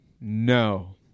No